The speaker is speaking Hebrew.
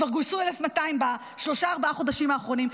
כבר גויסו 1,200 בשלושה-ארבעה חודשים האחרונים.